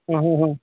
अ अ अ